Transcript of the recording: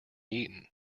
eaten